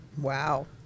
Wow